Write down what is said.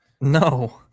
no